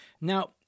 now